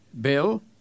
Bill